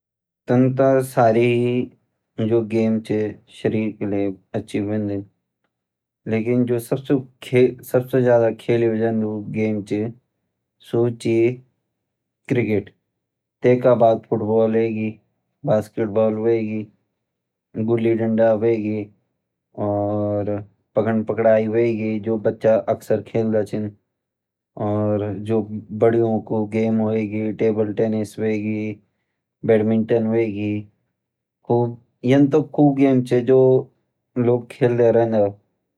तन ता सारी जू गेम छा सू शरीर के लिए अच्छी हुएँडीं लेकिन जू सबसे खेले जन्दु गेम च सू ची क्रिकेट तेका बाद फुटबॉल एगी बास्केटबाल गुल्ली डंडा हुएगी और पकड़न पकड़ाई हुएगी जो बचा अक्सर खेलदा छीन और जू बड़ा बचा खेलदा टेबल टेनीज़ बैडमिंटन हुएगी